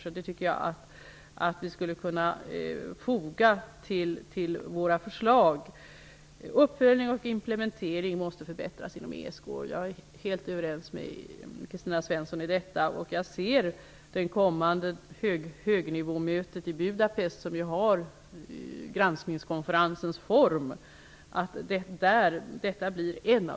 Jag tycker att vi skulle kunna foga detta till våra förslag. Jag är helt överens med Kristina Svensson om att uppföljningen och implementeringen inom ESK måste förbättras. Jag menar att detta måste bli en av de viktiga frågorna på det kommande högnivåmötet i Budapest, som har granskningskonferensens form.